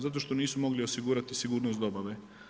Zato što nisu mogli osigurati sigurnost dobave.